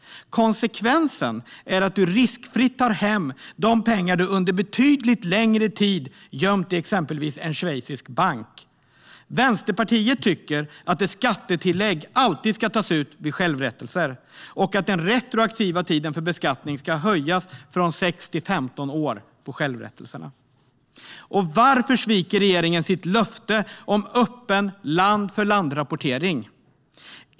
Konsekvensen är att du riskfritt tar hem de pengar du under betydligt längre tid gömt i exempelvis en schweizisk bank. Vänsterpartiet tycker att ett skattetillägg alltid ska tas ut vid självrättelser och att den retroaktiva tiden för beskattning ska förlängas från sex till femton år för självrättelserna. Varför sviker regeringen sitt löfte om öppen land-för-land-rapportering?